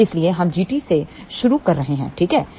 तो इसीलिए हम Gt से शुरू कर रहे हैं ठीक है